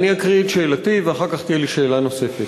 אקריא את שאלתי, ואחר כך תהיה לי שאלה נוספת.